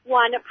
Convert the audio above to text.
one